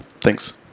Thanks